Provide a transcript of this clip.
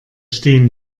stehen